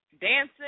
dancing